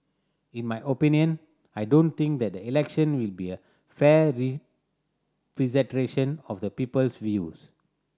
in my opinion I don't think that the election will be a fair representation of the people's views